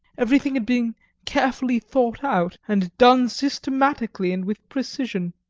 everything had been carefully thought out, and done systematically and with precision.